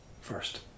first